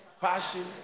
passion